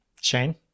Shane